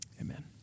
Amen